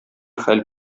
хәл